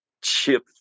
Chip